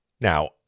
Now